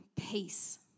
peace